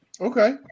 Okay